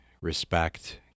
respect